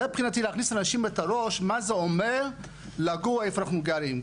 זה מבחינתי להכניס לאנשים את הראש מה זה אומר לגור איפה שאנחנו גרים.